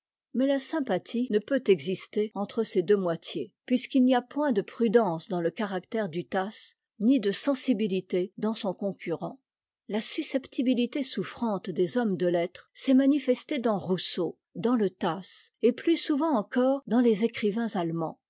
mais la sympathie ne peut exister entre ces deux moitiés puisqu'il n'y a point de prudence dans le caractère du tasse ni de sensibilité dans son concurrent la susceptibilité souffrante des hommes de lettres s'est manifestée dans rousseau dans le tasse et plus souvent encore dans les écrivain allemands